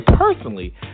personally